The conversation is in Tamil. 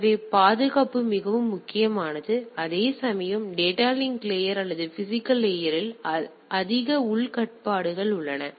எனவே பாதுகாப்பு மிகவும் முக்கியமானது அதேசமயம் டேட்டா லிங்க் லேயர் அல்லது பிசிகல் லேயர் இல் அதிக உள் கட்டுப்பாடுகள் உள்ளன